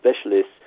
specialists